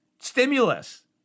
stimulus